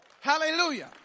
Hallelujah